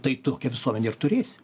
tai tokią visuomenę ir turėsi